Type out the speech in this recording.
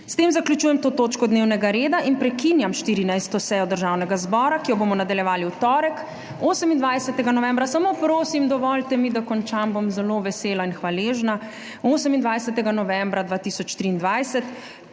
S tem zaključujem to točko dnevnega reda in prekinjam 14. sejo Državnega zbora, ki jo bomo nadaljevali v torek, 28. novembra … Samo, prosim, dovolite mi, da končam, bom zelo vesela in hvaležna. 28. novembra 2023.